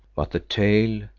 but the tale,